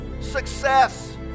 success